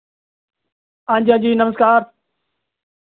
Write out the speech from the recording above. हांजी हांजी नमस्कार